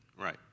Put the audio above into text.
Right